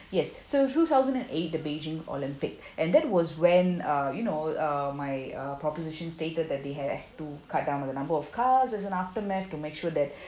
yes so two thousand and eight the beijing olympic and that was when uh you know uh my proposition stated that they ha~ to cut down on the number of cars as an aftermath to make sure that